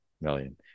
million